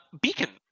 Beacon